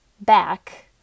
back